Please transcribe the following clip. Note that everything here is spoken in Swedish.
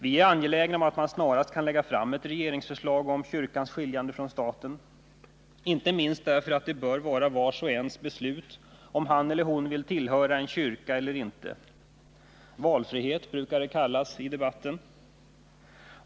Vi är angelägna om att man snarast skall kunna lägga fram ett regeringsförslag om kyrkans skiljande från staten, inte minst därför att det bör vara vars och ens beslut om han eller hon vill tillhöra en kyrka eller inte. Valfrihet brukar det kallas i debatten.